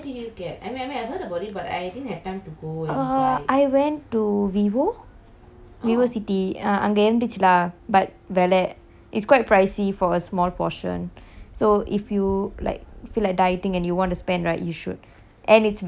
err I went to vivo vivo city ah அங்க இருந்துச்சி:ange irunthuchi lah but வேல:vela it's quite pricey for a small portion so if you like feel like dieting and you want to spend right you should and it's very filling so that's what I love about it